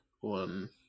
one